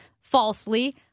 falsely